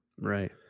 right